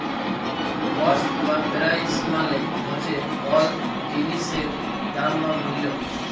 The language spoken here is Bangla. কস্ট বা পেরাইস মালে হছে কল জিলিসের দাম বা মূল্য